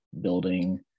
building